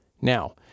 Now